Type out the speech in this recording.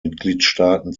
mitgliedstaaten